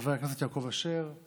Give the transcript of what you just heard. חבר הכנסת יעקב אשר.